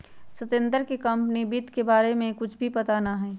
सत्येंद्र के कंपनी वित्त के बारे में कुछ भी पता ना हई